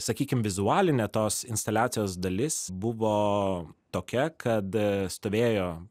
sakykim vizualinė tos instaliacijos dalis buvo tokia kad stovėjo